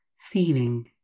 feeling